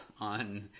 on